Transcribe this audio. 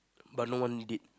but no one did